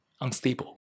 unstable